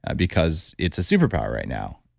ah because it's a superpower right now.